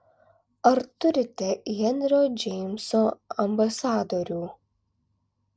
ar turite henrio džeimso ambasadorių